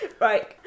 Right